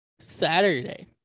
Saturday